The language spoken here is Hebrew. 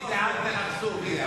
מי זה, השלטון?